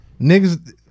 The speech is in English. Niggas